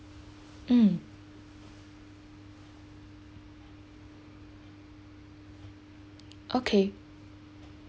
mm okay